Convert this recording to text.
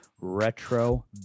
Retro